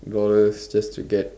dollars just to get